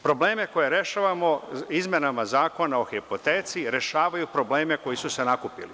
Probleme koje rešavamo izmenama Zakona o hipoteci, rešavaju probleme koji su se nakupili.